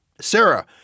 Sarah